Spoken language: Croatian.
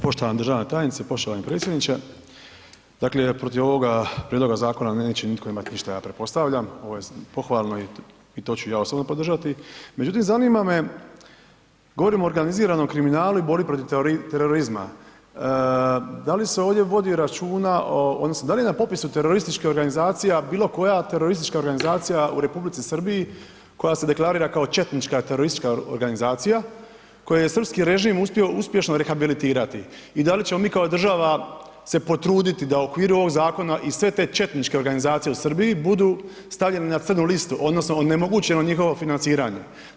Poštovana državna tajnice, poštovani predsjedniče, dakle, protiv ovoga prijedloga zakona neće nitko imat ništa ja pretpostavljam, ovo je pohvalno i to ću ja osobno podržati, međutim, zanima me, govorimo o organiziranom kriminalu i borbi protiv terorizma, da li se ovdje vodi računa o, odnosno da li je na popisu terorističkih organizacija bilo koja od terorističkih organizacija u Republici Srbiji koja se deklarira kao četnička teroristička organizacija koju je srpski režim uspio uspješno rehabilitirati i da li ćemo mi kao država se potruditi da u okviru ovog zakona i sve te četničke organizacije u Srbiji budu stavljeni na crnu listu odnosno onemogućeno njihovo financiranje.